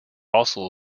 also